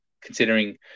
considering